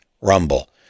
rumble